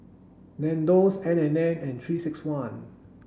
Nandos N and N and three six one